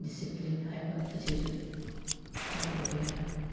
discipline ꯍꯥꯏꯕ ꯑꯁꯤꯁꯨ ꯌꯥꯎꯗꯕ ꯌꯥꯔꯣꯏ